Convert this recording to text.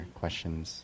questions